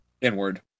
Inward